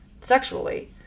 sexually